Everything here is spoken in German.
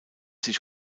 sich